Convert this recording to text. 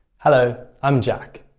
hello, i'm jack.